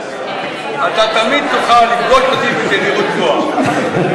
אתה תמיד תוכל לפגוש בי בתדירות גבוהה.